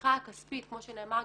התמיכה הכספית כמו שנאמר,